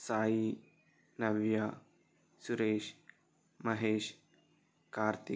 Sai Navya Suresh Mahesh Karthik